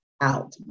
Out